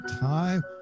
time